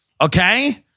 Okay